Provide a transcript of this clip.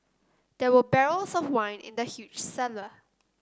there were barrels of wine in the huge cellar